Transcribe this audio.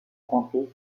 comté